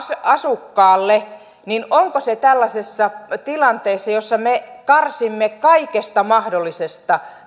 asukkaalle oikea tapa hoitaa asiaa tällaisessa tilanteessa jossa karsimme kaikesta mahdollisesta